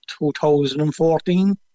2014